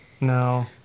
no